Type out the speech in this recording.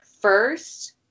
first